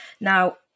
Now